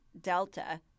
delta